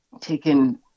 taken